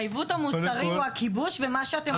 העיוות המוסרי הוא הכיבוש ומה שאתם עושים.